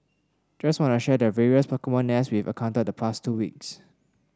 just wanna share the various Pokemon nests we encountered the past two weeks